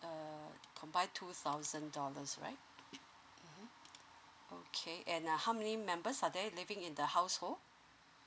uh combined two thousand dollars right mmhmm okay and uh how many members are there living in the household